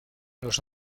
los